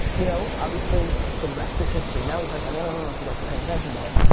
you know. obviously, the rest is history. now, he's like, i mean i don't know if you guys are paying attention, but like,